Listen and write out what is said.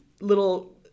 little